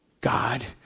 God